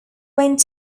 went